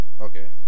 okay